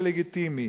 זה לגיטימי.